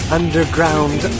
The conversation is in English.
underground